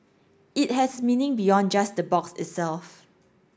it has meaning beyond just the box itself